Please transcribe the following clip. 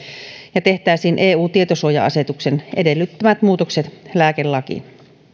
ja tehtäisiin eun tietosuoja asetuksen edellyttämät muutokset lääkelakiin